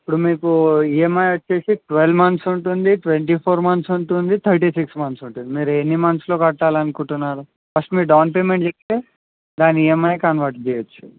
ఇప్పుడు మీకు ఈయంఐ వచ్చేసి ట్వల్వ్ మంత్స్ ఉంటుంది ట్వంటీ ఫోర్ మంత్స్ ఉంటుంది తర్టీ సిక్స్ మంత్స్ ఉంటుంది మీరు ఎన్ని మంత్స్లో కట్టాలనుకుంటున్నారు ఫస్ట్ మీ డౌన్ పేమెంట్ చెప్తే దాన్ని ఈయంఐ కన్వర్ట్ చేయచ్చు